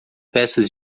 peças